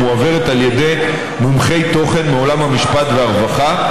ומועברת על ידי מומחי תוכן מעולם המשפט והרווחה,